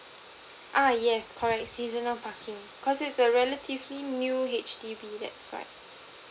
uh yes correct seasonal parking cause it's a relatively new H_D_B that's right